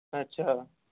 अच्छा